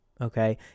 okay